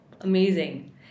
Amazing